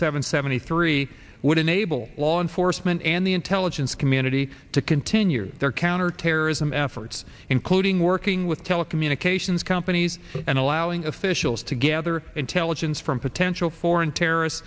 seven seventy three would enable law enforcement and the intelligence community to continue their counterterrorism efforts including working with telecommunications companies and allowing a szell's to gather intelligence from potential foreign terrorist